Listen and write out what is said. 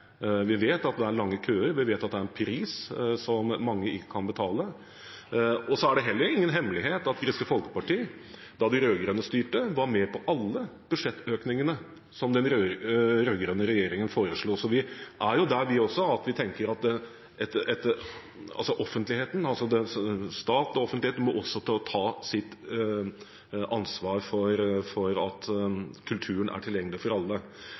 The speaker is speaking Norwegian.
Vi vet at det er lange køer, og vi vet at det er en pris som mange ikke kan betale. Det er heller ingen hemmelighet at Kristelig Folkeparti, da de rød-grønne styrte, var med på alle budsjettøkningene som den rød-grønne regjeringen foreslo. Så vi er jo der, vi også, at vi tenker at offentligheten, staten, også må ta sitt ansvar for at kulturen er tilgjengelig for alle.